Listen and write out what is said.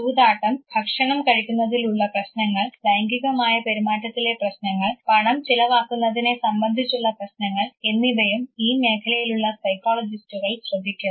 ചൂതാട്ടം ഭക്ഷണം കഴിക്കുന്നതിലുള്ള പ്രശ്നങ്ങൾ ലൈംഗികമായ പെരുമാറ്റത്തിലെ പ്രശ്നങ്ങൾ പണം ചിലവാക്കുന്നതിനെ സംബന്ധിച്ചുള്ള പ്രശ്നങ്ങൾ എന്നിവയും ഈ മേഖലയിലുള്ള സൈക്കോളജിസ്റ്റുകൾ ശ്രദ്ധിക്കുന്നു